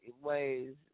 ways